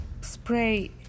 spray